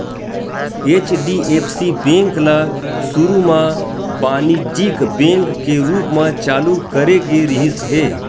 HDFC bank ल सुरू म बानिज्यिक बेंक के रूप म चालू करे गे रिहिस हे